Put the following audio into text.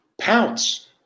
pounce